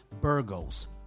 Burgos